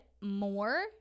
more